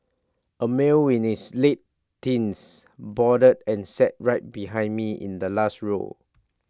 A male in his late teens boarded and sat right behind me in the last row